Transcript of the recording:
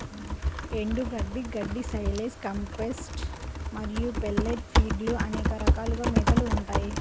ఎండుగడ్డి, గడ్డి, silage, compressed మరియు పెల్లెట్ ఫీడ్లు అనే రకాలుగా మేతలు ఉంటాయి